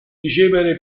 ricevere